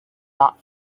not